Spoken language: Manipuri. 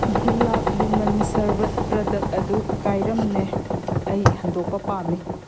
ꯒꯨꯂꯥꯕ ꯂꯤꯃꯟ ꯁꯔꯕꯠ ꯄ꯭ꯔꯗꯛ ꯑꯗꯨ ꯀꯥꯏꯔꯝꯃꯦ ꯑꯩ ꯍꯟꯗꯣꯛꯄ ꯄꯥꯝꯃꯤ